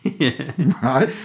Right